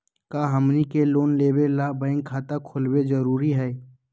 का हमनी के लोन लेबे ला बैंक खाता खोलबे जरुरी हई?